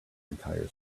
entire